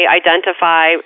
identify